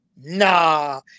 nah